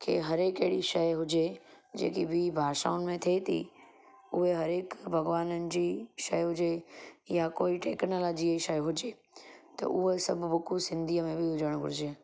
के हरेक अहिड़ी शइ हुजे जेकी ॿीं भाषाऊनि में थिए थी उहे हरेक भॻवाननि जी शइ हुजे या कोई टेक्नोलॉजीअ जी शइ हुजे त उहा सभ बुकूं सिंधीअ में बि हुजण घुरिजे